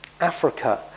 Africa